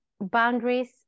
boundaries